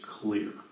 clear